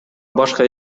башка